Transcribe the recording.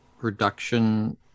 reduction